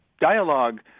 dialogue